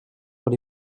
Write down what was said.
pour